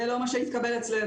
זה לא מה שהתקבל אצלנו.